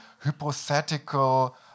hypothetical